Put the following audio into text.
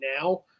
now